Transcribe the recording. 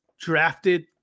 drafted